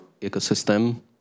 ecosystem